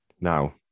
Now